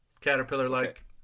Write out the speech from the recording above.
Caterpillar-like